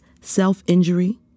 self-injury